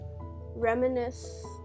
reminisce